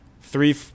three –